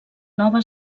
nova